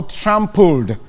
trampled